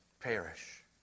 perish